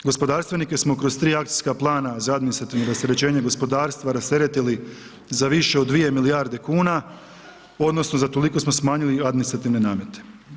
Gospodarstvenike smo kroz 3 akcijska plana za administrativno rasterećenje gospodarstva rasteretili za više od 2 milijarde kuna, odnosno za toliko smo smanjili administrativne namete.